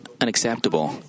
unacceptable